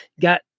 got